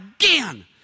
again